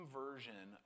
version